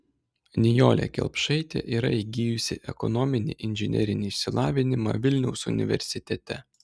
nijolė kelpšaitė yra įgijusi ekonominį inžinerinį išsilavinimą vilniaus universitete